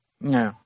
No